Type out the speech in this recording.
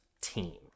Team